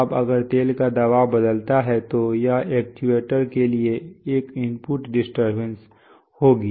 अब अगर तेल का दबाव बदलता है तो यह एक्चुएटर के लिए एक इनपुट डिस्टरबेंस होगी